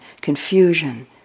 confusion